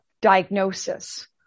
diagnosis